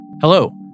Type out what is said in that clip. Hello